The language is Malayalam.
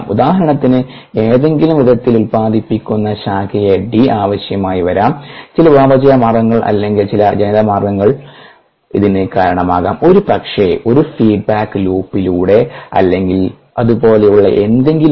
ഉദാഹരണത്തിന് ഏതെങ്കിലും വിധത്തിൽ ഉൽപാദിപ്പിക്കുന്ന ശാഖയ D ആവശ്യമായി വരാം ചില ഉപാപചയ മാർഗ്ഗങ്ങൾ അല്ലെങ്കിൽ ചില ജനിതകമാർഗ്ഗങ്ങൾ ഇതിന് കാരണമാകാം ഒരുപക്ഷേ ഒരു ഫീഡ്ബാക്ക് ലൂപ്പിലൂടെ അല്ലെങ്കിൽ അതുപോലെയുള്ള എന്തെങ്കിലും